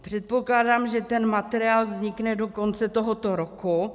Předpokládám, že ten materiál vznikne do konce tohoto roku.